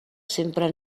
sempre